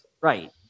Right